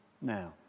now